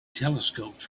telescopes